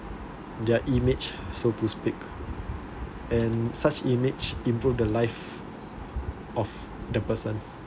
their image so to speak and such image improves the life of the person